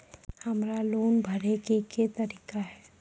हमरा लोन भरे के की तरीका है?